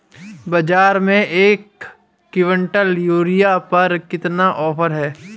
बाज़ार में एक किवंटल यूरिया पर कितने का ऑफ़र है?